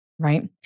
Right